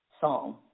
Song